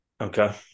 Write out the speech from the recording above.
Okay